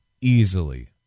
easily